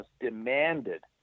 demanded